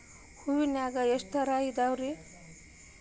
ಹೂನ್ಯಾಗ ಎಷ್ಟ ತರಾ ಅದಾವ್?